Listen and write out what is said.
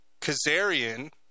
Kazarian